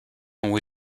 ont